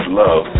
love